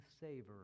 savor